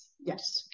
Yes